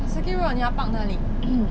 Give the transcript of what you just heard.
circuit road 你要 park 哪里